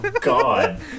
God